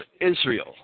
Israel